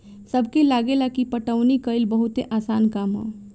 सबके लागेला की पटवनी कइल बहुते आसान काम ह